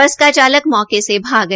बस का चालक मौके से भाग गया